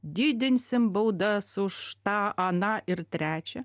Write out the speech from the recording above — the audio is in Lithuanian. didinsime baudas už tą aną ir trečią